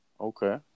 Okay